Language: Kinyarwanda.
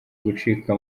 gucika